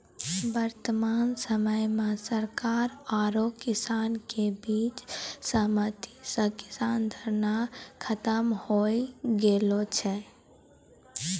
वर्तमान समय मॅ सरकार आरो किसान के बीच सहमति स किसान धरना खत्म होय गेलो छै